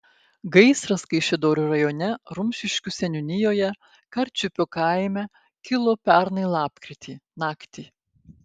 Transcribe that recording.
gaisras kaišiadorių rajone rumšiškių seniūnijoje karčiupio kaime kilo pernai lapkritį naktį